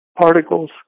particles